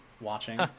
watching